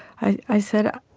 i i said,